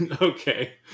okay